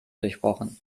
durchbrochen